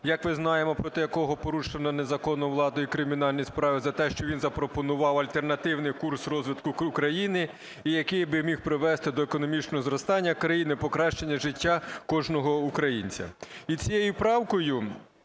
як ми знаємо, проти якого порушено незаконно владою кримінальні справи за те, що він запропонував альтернативний курс розвитку України і який би міг привести до економічного зростання країни, покращення життя кожного українця. І цією правкою